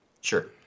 Sure